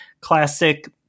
classic